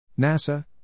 NASA